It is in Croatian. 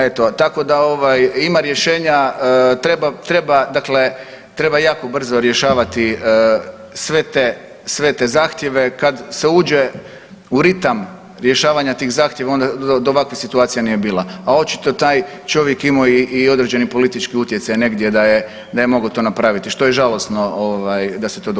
Eto tako da ovaj ima rješenja, treba dakle jako brzo rješavati sve te zahtjeve kad se uđe u ritam rješavanja tih zahtjeva onda do ovakvih situacija nije bila, a očito je taj čovjek imao i određeni politički utjecaj negdje da je mogao to napraviti, što je žalosno ovaj da se to dogodilo.